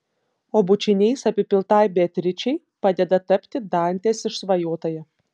o bučiniais apipiltai beatričei padeda tapti dantės išsvajotąja